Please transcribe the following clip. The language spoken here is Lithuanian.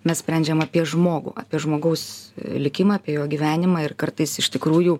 mes sprendžiam apie žmogų apie žmogaus likimą apie jo gyvenimą ir kartais iš tikrųjų